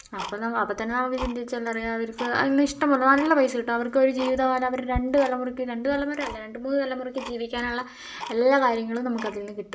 അപ്പോൾ നമ്മൾ അപ്പോൾ തന്നെ നമുക്ക് ചിന്തിച്ചാൽ അറിയാം അവർക്ക് ഇഷ്ടംപോലെ നല്ല പൈസ കിട്ടും അവർക്ക് ഒരു ജീവിതകാലം അവർ രണ്ട് തലമുറക്ക് രണ്ട് തലമുറ അല്ല രണ്ടു മൂന്ന് തലമുറക്ക് ജീവിക്കാനുള്ള എല്ലാ കാര്യങ്ങളും നമുക്ക് അതിന്ന് കിട്ടും